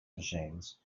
machines